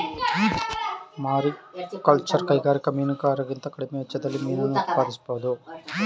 mariculture ಕೈಗಾರಿಕಾ ಮೀನುಗಾರಿಕೆಗಿಂತ ಕಡಿಮೆ ವೆಚ್ಚದಲ್ಲಿ ಮೀನನ್ನ ಉತ್ಪಾದಿಸ್ಬೋಧು